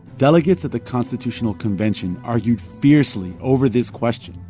delegates at the constitutional convention argued fiercely over this question,